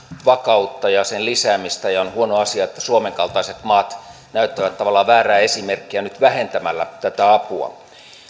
vakautta ja sen lisäämistä ja on huono asia että suomen kaltaiset maat näyttävät tavallaan väärää esimerkkiä nyt vähentämällä tätä apua